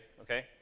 Okay